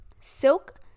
silk